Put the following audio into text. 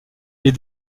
les